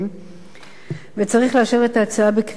צריך לאשר את ההצעה בקריאה ראשונה ולאפשר לנו